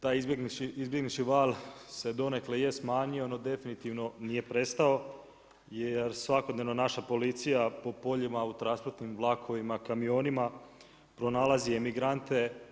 Taj izbjeglički val se donekle je smanjio, no definitivno nije prestao jer svakodnevna naša policija po poljima u transportnim vlakovima, kamionima pronalazi emigrante.